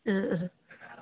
ആ ആ ഹ്